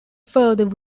further